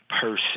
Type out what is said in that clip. person